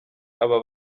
aba